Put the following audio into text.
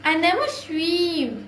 I never swim